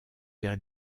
vers